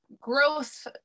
growth